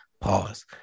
pause